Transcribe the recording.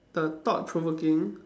the thought provoking